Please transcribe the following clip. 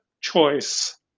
choice